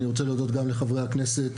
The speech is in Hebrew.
אני רוצה להודות גם לחברי הכנסת,